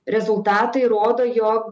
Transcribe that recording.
rezultatai rodo jog